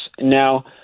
Now